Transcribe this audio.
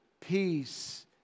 peace